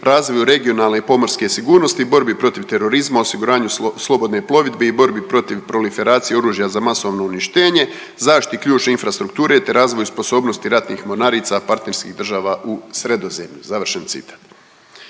razvoju regionalne pomorske sigurnosti, borbi protiv terorizma, osiguranju slobodne plovidbe i borbi protiv proliferacije oružja za masovno uništenje, zaštiti ključne infrastrukture te razvoju sposobnosti ratnih mornarica, partnerskih država u Sredozemlju. Završen citat.